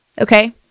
okay